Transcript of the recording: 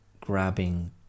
grabbing